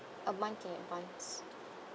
a month in advance